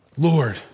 Lord